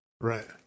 Right